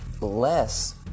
less